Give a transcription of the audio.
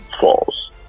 false